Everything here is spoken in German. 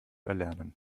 erlernen